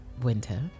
winter